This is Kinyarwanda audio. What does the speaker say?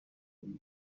iyi